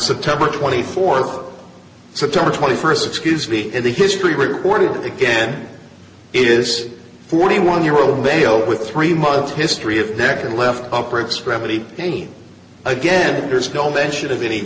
september twenty fourth september twenty first excuse me in the history recording again is forty one year old male with three month history of neck and left upper extremity any again there's no mention of any